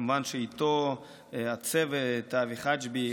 כמובן איתו הצוות: אבי חג'בי,